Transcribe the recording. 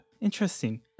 interesting